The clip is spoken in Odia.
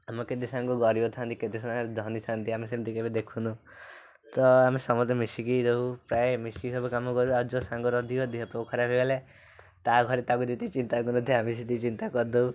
ଆମର କେତେ ସାଙ୍ଗ ଗରିବ ଥାଆନ୍ତି କେତେ ସାଙ୍ଗ ଧନୀ ଥାଆନ୍ତି ଆମେ ସେମିତି କେବେ ଦେଖୁନୁ ତ ଆମେ ସମସ୍ତେ ମିଶିକି ଦେଉ ପ୍ରାୟ ମିଶିକି ସବୁ କାମ କରୁ ଆଜି ଯେଉଁ ସାଙ୍ଗର ଅଧିକ ଦେହଫେହ ଖରାପ ହେଇଗଲେ ତା' ଘରେ ତାକୁ ଯେତିକି ଚିନ୍ତା କରନ୍ତି ଆମେ ସେତିକି ଚିନ୍ତା କରିଦେଉ